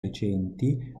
recenti